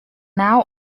now